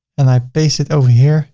and i paste it over here